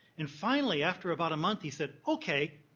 and finally, after about a month, he said, okay,